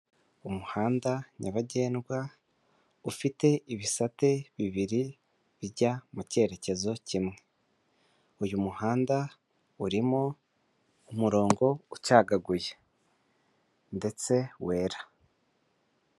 Umuhanda nyabagendwa ufite ibisate bibiri bijya mu cyerekezo kimwe, uyu muhanda urimo umurongo ucagaguye ndetse wera.